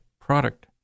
product